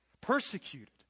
Persecuted